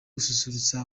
gususurutsa